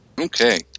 Okay